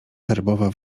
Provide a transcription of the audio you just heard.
herbowa